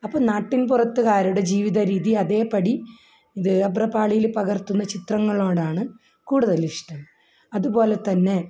അപ്പോൾ നാട്ടിൻ പുറത്തുകാരുടെ ജീവിത രീതി അതേ പടി അഭ്രപാളിയിൽ പകർത്തുന്ന ചിത്രങ്ങളോടാണ് കൂടുതൽ ഇഷ്ടം അതുപോലെ തന്നെ